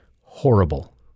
horrible